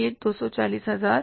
240 हजार